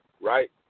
right